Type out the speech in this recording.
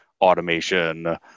automation